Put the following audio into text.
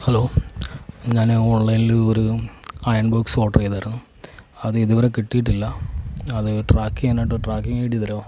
hello ഞാൻ ഓൺലൈനിൽ ഒരു അയൺബോക്സ് ഓഡർ ചെയ്തിരുന്നു അതിതുവരെ കിട്ടിയിട്ടില്ല അത് ട്രാക്ക് ചെയ്യാനായിട്ട് ട്രാക്കിംഗ് ഐ ഡി തരുമോ